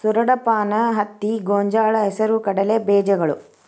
ಸೂರಡಪಾನ, ಹತ್ತಿ, ಗೊಂಜಾಳ, ಹೆಸರು ಕಡಲೆ ಬೇಜಗಳು